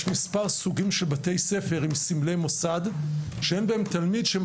יש מספר סוגים של בתי ספר עם סמלי מוסד שאין בהם תלמיד שהם